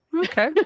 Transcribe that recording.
Okay